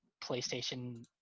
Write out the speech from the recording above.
PlayStation